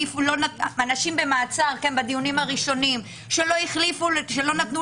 אנשים במעצר בדיונים הראשונים שלא נתנו